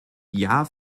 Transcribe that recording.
jahr